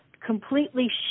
completely